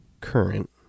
current